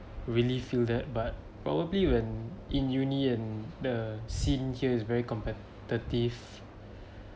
really feel that but probably when in uni and the scene here is very competitive